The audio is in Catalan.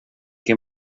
que